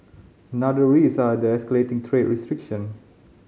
another risk are the escalating trade restriction